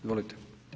Izvolite.